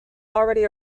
already